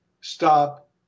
stop